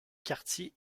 quartiers